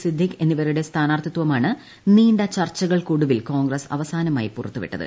സിദ്ദിഖ് എന്നിവരുടെ സ്ഥാനാർത്ഥിത്വമാണ് നീണ്ട ചർച്ചകൾക്കൊടുവിൽ കോൺഗ്രസ് അവസാനമായി പുറത്തുവിട്ടത്